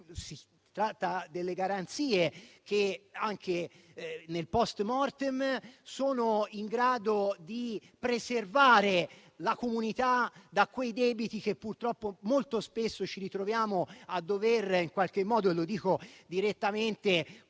si tratta delle garanzie che anche nel *post mortem* sono in grado di preservare la comunità dai debiti, visto che purtroppo molto spesso ci ritroviamo a dover stanziare dei fondi. Lo dico direttamente